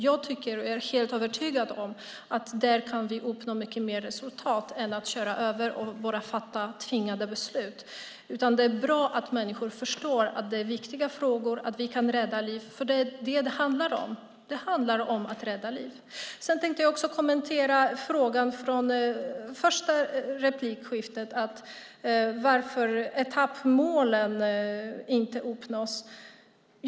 Jag är helt övertygad om att vi då uppnår bättre resultat än om vi bara fattar tvingande beslut. Det är bra att människor förstår att det är viktiga frågor och att det handlar om att vi kan rädda liv. Jag tänkte kommentera frågan från första replikskiftet om varför etappmålen inte uppnås.